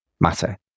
matter